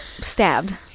stabbed